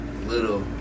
little